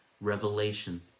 revelation